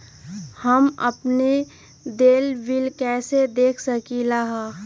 हम अपन देल बिल कैसे देख सकली ह?